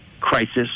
Crisis